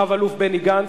רב-אלוף בני גנץ,